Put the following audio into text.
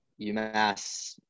UMass